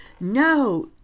No